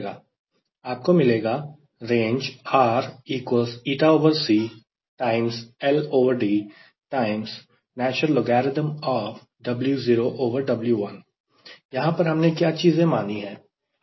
आपको मिलेगा रेंज यहां पर हमने क्या चीजें मानी है